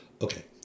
Okay